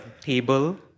table